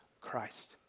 Christ